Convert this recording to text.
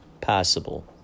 possible